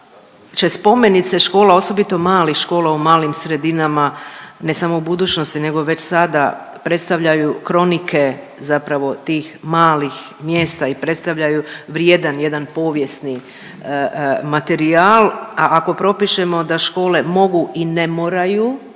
će spomenice škola, osobito malih škola u malim sredinama ne samo u budućnosti nego već sada predstavljaju kronike zapravo tih malih mjesta i predstavljaju vrijedan jedan povijesni materijal, a ako propišemo da škole mogu i ne moraju